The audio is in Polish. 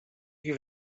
ich